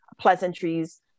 pleasantries